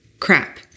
Crap